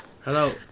Hello